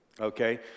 okay